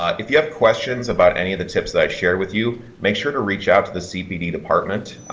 ah if you have questions about any of the tips that i shared with you, make sure to reach out to the cpd department.